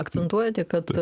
akcentuojate kad